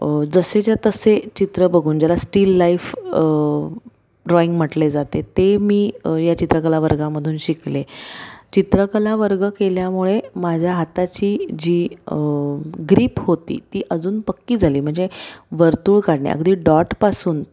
जसेच्या तसे चित्र बघून ज्याला स्टील लाईफ ड्रॉईंग म्हटले जाते ते मी या चित्रकला वर्गामधून शिकले चित्रकला वर्ग केल्यामुळे माझ्या हाताची जी ग्रीप होती ती अजून पक्की झाली म्हणजे वर्तुळ काढणे अगदी डॉटपासून